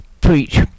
preach